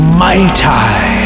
mighty